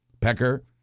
Pecker